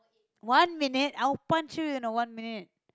one minute I would punch you you know one minute